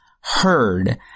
heard